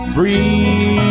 Free